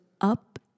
up